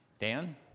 Dan